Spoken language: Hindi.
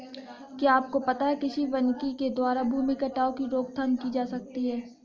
क्या आपको पता है कृषि वानिकी के द्वारा भूमि कटाव की रोकथाम की जा सकती है?